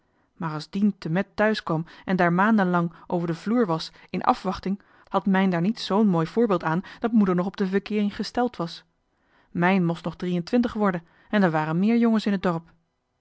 a's dien temet thuis kwam en daar maanden lang over de vloer was in afwachting had mijn daar niet z'n mooi voorbeeld aan dat moeder nog op de verkeering gesteld was mijn most nog drie-en-twintig worden en d'er waren meer jongens in t dorp